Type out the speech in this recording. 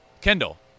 Kendall